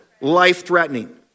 life-threatening